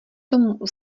tomu